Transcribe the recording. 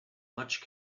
much